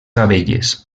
abelles